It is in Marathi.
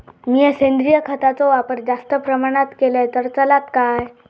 मीया सेंद्रिय खताचो वापर जास्त प्रमाणात केलय तर चलात काय?